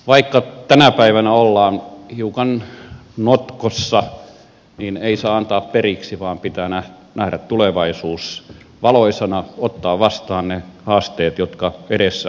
vaikka tänä päivänä ollaan hiukan notkossa niin ei saa antaa periksi vaan pitää nähdä tulevaisuus valoisana ottaa vastaan ne haasteet jotka edessä ovat